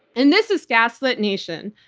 and this is gaslit nation,